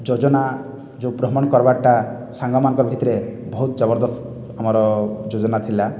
ଯୋଜନା ଯୋ ଭ୍ରମଣ କରବାର୍ଟା ସାଙ୍ଗମାନଙ୍କ ଭିତିରେ ବହୁତ୍ ଜବରଦସ୍ତ ଆମର ଯୋଜନା ଥିଲା